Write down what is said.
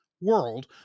world